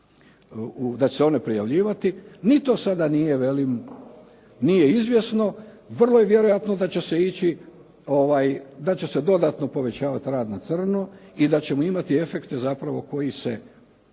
da će se one prijavljivati. Ni to sada nije izvjesno. Vrlo je vjerojatno da će se dodatno povećavati rad na crno i da ćemo imati efekte zapravo koji se